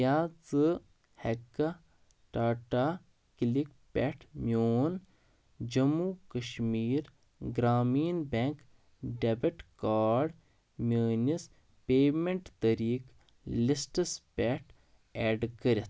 کیٛاہ ژٕ ہٮ۪ککھا ٹاٹا کِلِک پٮ۪ٹھ میون Jammu Kashmir Grameen bank debit card میٛٲنِس پیمٮ۪نٛٹ طریٖق لِسٹَس پٮ۪ٹھ اٮ۪ڈ کٔرِتھ